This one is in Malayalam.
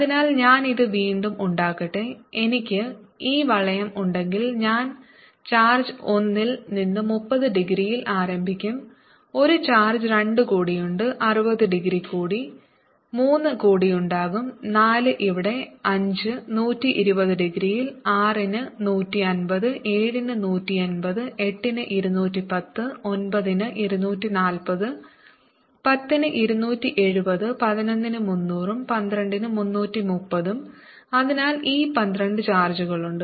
അതിനാൽ ഞാൻ ഇത് വീണ്ടും ഉണ്ടാക്കട്ടെ എനിക്ക് ഈ വളയo ഉണ്ടെങ്കിൽ ഞാൻ ചാർജ് 1 ൽ നിന്ന് 30 ഡിഗ്രിയിൽ ആരംഭിക്കും ഒരു ചാർജ് 2 കൂടി ഉണ്ട് 60 ഡിഗ്രി കൂടി 3 കൂടി ഉണ്ടാകും 4 ഇവിടെ 5 120 ഡിഗ്രിയിൽ 6 ന് 150 7 ന് 180 8 ന് 210 9 ന് 240 10 ന് 270 11 ന് 300 ഉം 12 ന് 330 ഉം അതിനാൽ ഈ 12 ചാർജുകളുണ്ട്